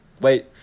Wait